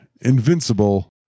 Invincible